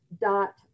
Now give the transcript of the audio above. dot